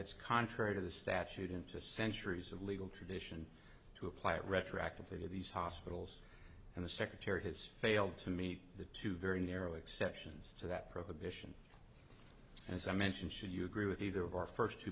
it's contrary to the statute into centuries of legal tradition to apply it retroactively to these hospitals and the secretary has failed to meet the two very narrow exceptions to that prohibition and as i mentioned should you agree with either of our first two